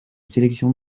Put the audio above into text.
sélection